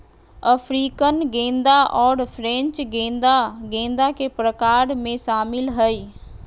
African गेंदा और French गेंदा गेंदा के प्रकार में शामिल हइ